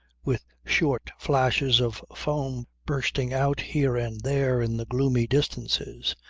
with short flashes of foam bursting out here and there in the gloomy distances,